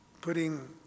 putting